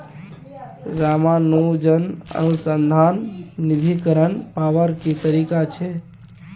रामानुजन अनुसंधान निधीकरण पावार की तरीका छे